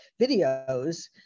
videos